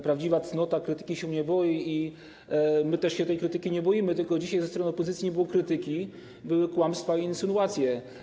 Prawdziwa cnota krytyki się nie boi i my też się tej krytyki nie boimy, tylko dzisiaj ze strony opozycji nie było krytyki, były kłamstwa i insynuacje.